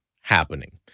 happening